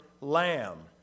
lamb